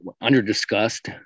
under-discussed